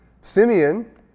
Simeon